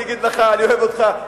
אני אוהב אותך,